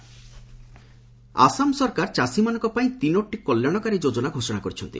Assam scheme Assam ସରକାର ଚାଷୀମାନଙ୍କ ପାଇଁ ତିନୋଟି କଲ୍ୟାଣକାରୀ ଯୋଜନା ଘୋଷଣା କରିଛନ୍ତି